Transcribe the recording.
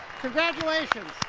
congratulations!